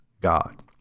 God